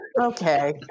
Okay